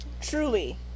Truly